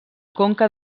conca